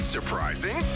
surprising